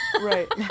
Right